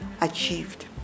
achieved